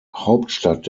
hauptstadt